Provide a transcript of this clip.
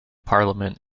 parliament